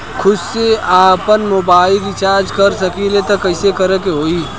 खुद से आपनमोबाइल रीचार्ज कर सकिले त कइसे करे के होई?